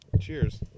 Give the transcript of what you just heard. Cheers